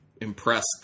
impressed